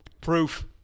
proof